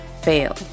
fail